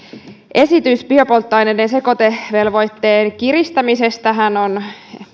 esitys biopolttoaineiden sekoitevelvoitteen kiristämisestähän on